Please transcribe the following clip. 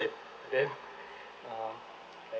then uh like